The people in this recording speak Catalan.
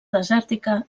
desèrtica